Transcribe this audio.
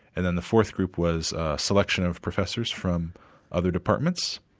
and then the fourth group was a selection of professors from other departments.